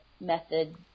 method